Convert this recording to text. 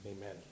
Amen